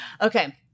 Okay